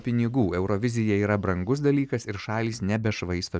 pinigų eurovizija yra brangus dalykas ir šalys nebešvaisto pinigų